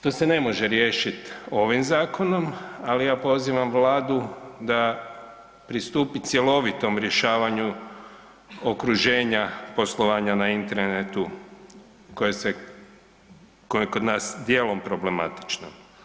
To se ne može riješiti ovim zakonom ali ja pozivam Vladu pristupi cjelovitom rješavanju okruženja poslovanja na internetu koje je kod nas djelom problematično.